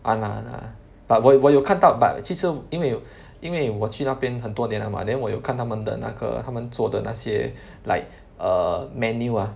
!hanna! !hanna! but 我有我有看到 but 其实因为因为我去那边很多年了 mah then 我有看它们的那个它们做的那些 like err menu ah